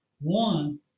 One